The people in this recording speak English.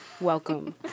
Welcome